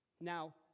Now